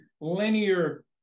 linear